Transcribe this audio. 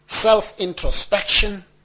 self-introspection